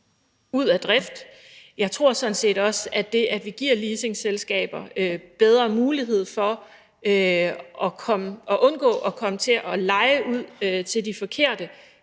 ud af spil. Jeg tror sådan set også, at det, at vi giver leasingselskaber bedre mulighed for at undgå at komme til at leje ud til de forkerte,